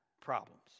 problems